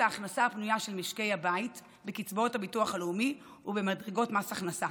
ההכנסה הפנויה של משקי הבית בקצבאות הביטוח לאומי ובמדרגות מס הכנסה.